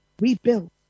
rebuilt